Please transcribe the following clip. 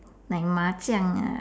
like 麻将：ma jiang ah